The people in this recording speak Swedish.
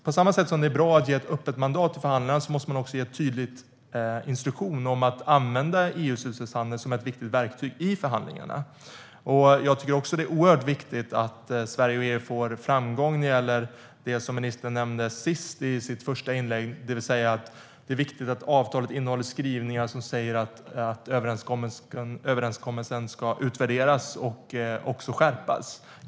På samma sätt som det är bra att ge ett öppet mandat i förhandlingarna måste man också ge en tydlig instruktion om att använda EU:s utsläppshandel som ett viktigt verktyg i förhandlingarna. Jag tycker också att det är oerhört viktigt att Sverige och EU når framgång när det gäller det som ministern nämnde sist i sitt första inlägg, det vill säga att avtalet innehåller skrivningar om att överenskommelsen ska utvärderas och skärpas.